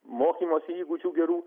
mokymosi įgūdžių gerų